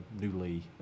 newly